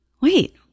wait